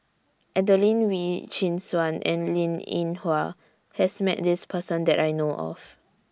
Adelene Wee Chin Suan and Linn in Hua has Met This Person that I know of